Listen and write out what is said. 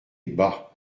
bah